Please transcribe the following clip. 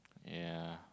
yeah